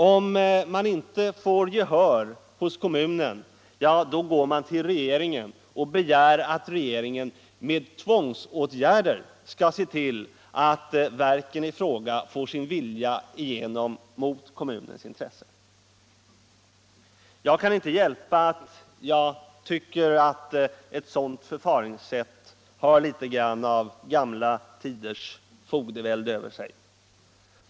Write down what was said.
Om man inte får gehör hos kommunen, går man till regeringen och begär att regeringen med tvångsåtgärder skall se till att verken i fråga får sin vilja igenom mot kommunens intressen. Jag kan inte hjälpa att jag tycker att ett sådant förfaringssätt har litet av gamla tiders fogdevälde över sig.